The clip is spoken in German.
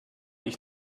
ich